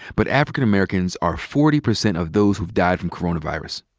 but african americans are forty percent of those who died from coronavirus.